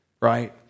right